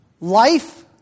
Life